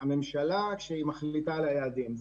הממשלה כשהיא מחליטה על היעדים.